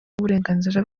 uburenganzira